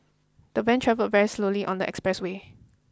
the van travelled very slowly on the expressway